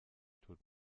tut